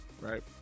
right